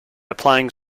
applying